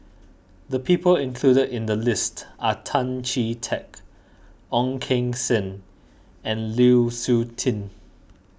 the people included in the list are Tan Chee Teck Ong Keng Sen and Lu Suitin